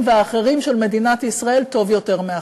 והאחרים של מדינת ישראל טוב יותר מאחרים.